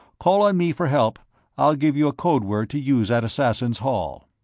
call on me for help i'll give you a code word to use at assassins' hall.